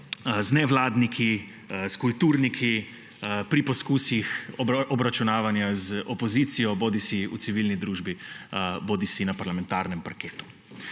z nevladniki, s kulturniki, pri poskusih obračunavanja z opozicijio, bodisi v civilni družbi bodisi na parlamentarnem parketu.